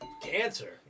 cancer